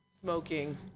smoking